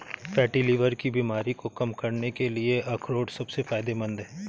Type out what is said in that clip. fatty liver की बीमारी को कम करने के लिए अखरोट सबसे फायदेमंद है